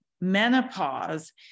menopause